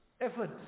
effort